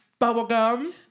bubblegum